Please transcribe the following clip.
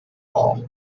hall